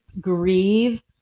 grieve